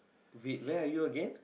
wait where are you again